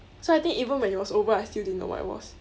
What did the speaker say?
so I think even when it was over I still didn't know what it was